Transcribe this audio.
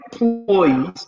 employees